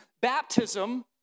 Baptism